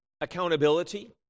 accountability